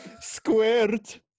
Squared